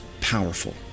powerful